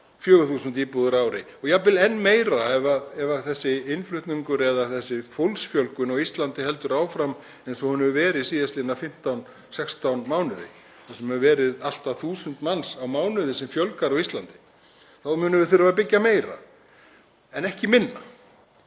4.000 íbúðir á ári og jafnvel enn meira ef þessi innflutningur eða þessi fólksfjölgun á Íslandi heldur áfram eins og hún hefur verið síðastliðna 15, 16 mánuði þar sem hefur fjölgað um allt að 1.000 manns á mánuði á Íslandi. Þá munum við þurfa að byggja meira en ekki minna.